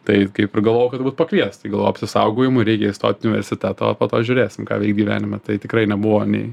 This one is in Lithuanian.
tai kaip ir galvojau kad turbūt pakvies tai galvojau apsisaugojimui reikia įstot į universitetą o po to žiūrėsim ką gyvenime tai tikrai nebuvo nei